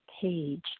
page